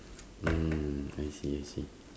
mm I see I see